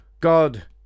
God